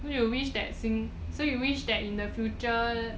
so you wish that in the future